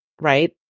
right